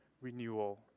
renewal